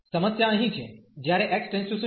તેથી સમસ્યા અહીં છે જ્યારે x → 0